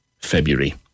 February